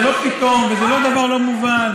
זה לא פתאום וזה לא דבר לא מובן,